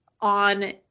on